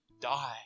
Die